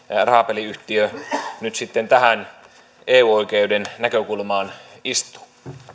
rahapeliyhtiö nyt sitten tähän eu oikeuden näkökulmaan istuu